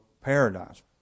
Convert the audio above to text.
paradise